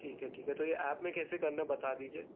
ठीक है ठीक है तो ये ऐप में कैसे करना बता दीजिए